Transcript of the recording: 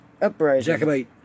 uprising